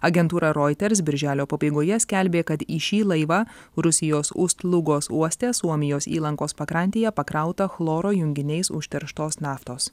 agentūra reuters birželio pabaigoje skelbė kad į šį laivą rusijos ustlugos uoste suomijos įlankos pakrantėje pakrauta chloro junginiais užterštos naftos